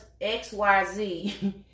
XYZ